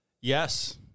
Yes